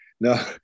No